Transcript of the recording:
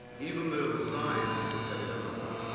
even though the signs would have it otherwise.